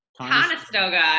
Conestoga